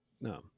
No